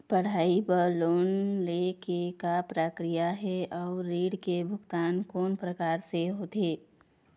पढ़ई बर लोन ले के का प्रक्रिया हे, अउ ऋण के भुगतान कोन प्रकार से होथे?